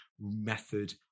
method